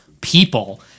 people